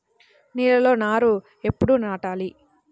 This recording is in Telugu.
నేలలో నారు ఎప్పుడు నాటాలి?